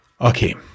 Okay